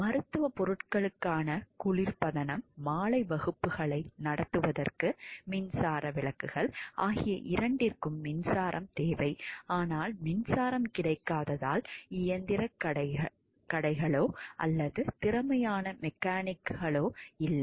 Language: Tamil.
மருத்துவப் பொருட்களுக்கான குளிர்பதனம் மாலை வகுப்புகளை நடத்துவதற்கு மின்சார விளக்குகள் ஆகிய இரண்டிற்கும் மின்சாரம் தேவை ஆனால் மின்சாரம் கிடைக்காததால் இயந்திரக் கடைகளோ அல்லது திறமையான மெக்கானிக்களோ இல்லை